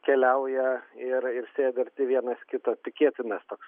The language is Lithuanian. keliauja ir ir sėdi arti vienas kito tikėtinas toks